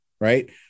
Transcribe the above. Right